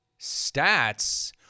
Stats